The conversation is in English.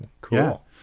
Cool